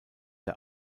der